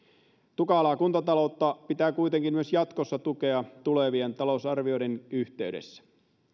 tukalaa kuntataloutta pitää kuitenkin myös jatkossa tukea tulevien talousarvioiden yhteydessä